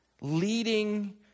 leading